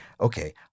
okay